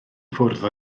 ffwrdd